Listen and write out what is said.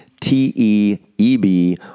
T-E-E-B